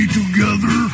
together